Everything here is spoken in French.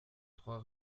trois